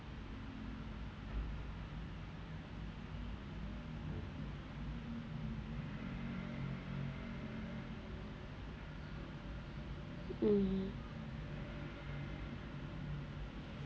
mmhmm